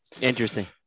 Interesting